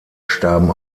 starben